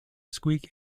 squeak